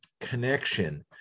connection